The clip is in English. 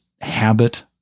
habit